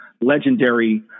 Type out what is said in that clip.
legendary